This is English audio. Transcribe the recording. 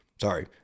Sorry